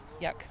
yuck